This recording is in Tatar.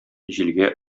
җилгә